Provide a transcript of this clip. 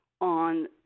on